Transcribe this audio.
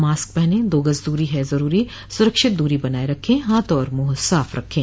mask पहनें दो गज़ दूरी है ज़रूरी सुरक्षित दूरी बनाए रखें हाथ और मुंह साफ़ रखें